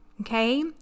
okay